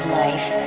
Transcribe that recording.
life